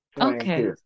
Okay